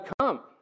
come